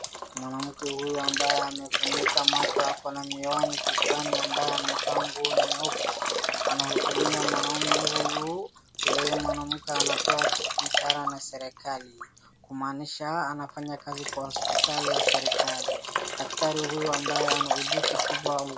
Mwanamke huyu ambaye amefunika macho ako na miwani kichwani ambaye amevaa nguo nyeupe. Anahudumia mwanaume huyu, yeye mwanamke anapewa mshahara na serikali. Kumaanisha anafanya kazi kwa hospitali ya serikali. Daktari huyu ambaye na ujuzi kubwa...